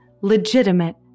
legitimate